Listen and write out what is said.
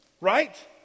right